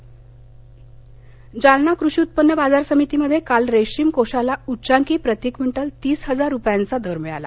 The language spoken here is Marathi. जालना जालना कृषी उत्पन्न बाजार समितीमध्ये काल रेशीम कोषाला उच्चांकी प्रती क्विंटल तीस हजार रुपयांचा दर मिळाला